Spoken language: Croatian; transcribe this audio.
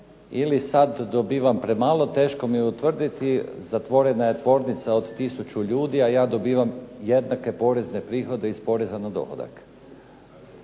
ili sada dobivam premalo. Teško je utvrditi, zatvorena je tvornica od tisuću ljudi, a ja dobivam jednake porezne prihode iz poreza na dohodak.